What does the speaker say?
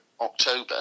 October